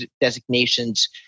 designations